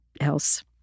else